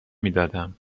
میدادم